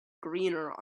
greener